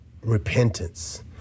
repentance